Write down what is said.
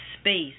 space